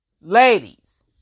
ladies